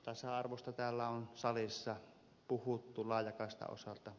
tasa arvosta on täällä salissa puhuttu laajakaistan osalta